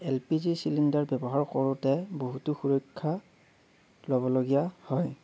L P G cylinder ব্যৱহাৰ কৰোঁতে বহুতো সুৰক্ষা ল'বলগীয়া হয়